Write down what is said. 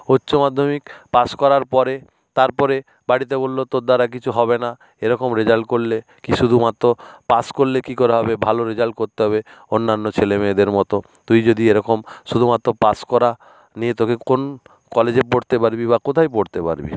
উচ্চ মাধ্যমিক পাস করার পরে তারপরে বাড়িতে বললো তোর দ্বারা কিছু হবে না এরকম রেজাল করলে কি শুধুমাত্র পাস করলে কি করে হবে ভালো রেজাল করতে হবে অন্যান্য ছেলে মেয়েদের মতো তুই যদি এরকম শুধুমাত্র পাস করা নিয়ে তোকে কোন কলেজে পড়তে পারবি বা কোথায় পড়তে পারবি